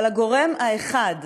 אבל הגורם האחד